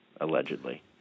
allegedly